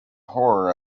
horror